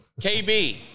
KB